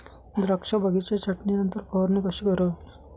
द्राक्ष बागेच्या छाटणीनंतर फवारणी कशी करावी?